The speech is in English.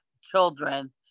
children